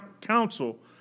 counsel